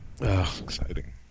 exciting